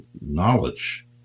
knowledge